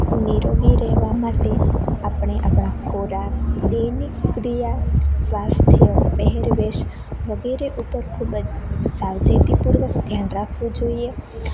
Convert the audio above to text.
નીરોગી રહેવા માટે આપણે આપણા ખોરાક દૈનિક ક્રિયા સ્વાસ્થ્ય પહેરવેશ વગેરે ઉપર ખૂબ જ સાવચેતીપૂર્વક ધ્યાન રાખવું જોઈએ